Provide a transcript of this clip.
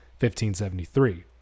1573